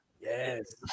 yes